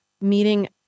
meeting